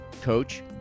coach